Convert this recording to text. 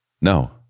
no